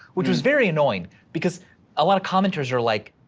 which was very annoying, because a lot of commenters are like,